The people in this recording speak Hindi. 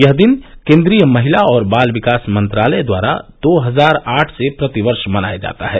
यह दिन केन्द्रीय महिला और बाल विकास मंत्रालय द्वारा दो हजार आठ से प्रति वर्ष मनाया जाता है